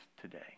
today